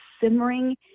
simmering